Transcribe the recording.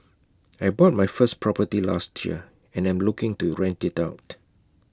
I bought my first property last year and am looking to rent IT out